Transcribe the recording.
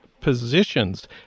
positions